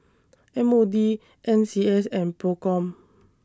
M O D N C S and PROCOM